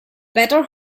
better